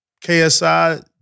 KSI